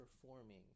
performing